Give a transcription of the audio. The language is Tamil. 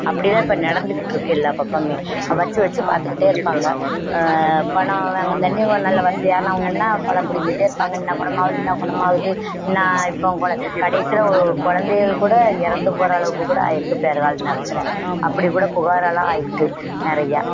அப்படி தான் இப்போ நடந்துக்கிட்டுருக்கு எல்லா பக்கமும் வச்சு வச்சு பார்த்துக்கிட்டே இருப்பாங்க பணம் வாங்குந்தாண்டியும் நல்ல வசதியானவங்கன்னால் பணம் பிடிங்கிட்டே இருப்பாங்க இன்னும் குணமாவுது இன்னும் குணமாவுது இன்னும் இப்போ உங்களை கடைசியில் குழந்தைகள் கூட இறந்து போகிற அளவுக்கு கூட ஆயிடுது பெறுவாள் நேரத்தில் அப்படிகூட புகாரெல்லாம் ஆகிற்று நிறையா